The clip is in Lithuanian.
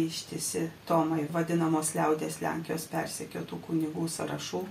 ištisi tomai vadinamos liaudies lenkijos persekiotų kunigų sąrašų